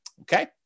Okay